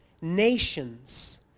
nations